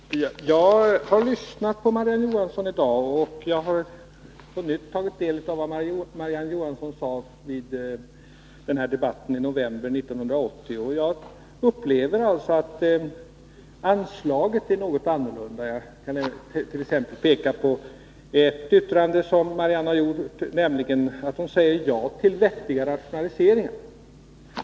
Herr talman! Jag har lyssnat på Marie-Ann Johansson i dag och på nytt tagit del av det hon sade vid debatten i november 1980, och jag upplever att anslaget är något annorlunda. Jag kan t.ex. peka på ett yttrande av Marie-Ann Johansson, nämligen det där hon säger ja till vettiga rationaliseringar.